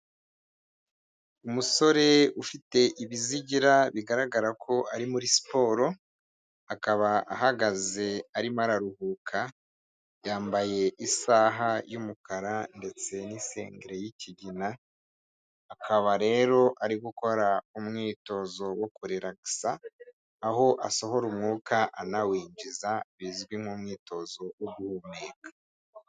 Umusore ufite ibizigira bigaragara ko ari muri siporo, akaba ahagaze arimo araruhuka, yambaye isaha y'umukara ndetse n'isengere y'ikigina, akaba rero ari gukora umwitozo wo kureragis, aho asohora umwuka anawinjiza bizwi nk'umwitozo wo guhumeka.